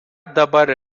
dabar